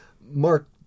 Mark